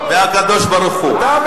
בטח.